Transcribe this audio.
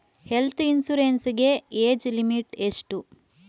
Health insurance ಗೆ age limit ಎಷ್ಟು?